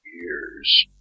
years